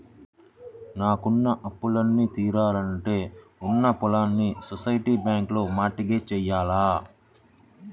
నాకున్న అప్పులన్నీ తీరాలంటే ఉన్న పొలాల్ని సొసైటీ బ్యాంకులో మార్ట్ గేజ్ జెయ్యాల